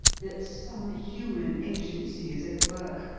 that some human agency is at work,